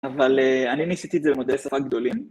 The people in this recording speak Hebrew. אבל אני ניסיתי את זה במודלי שפה גדולים.